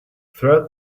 throughout